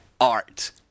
art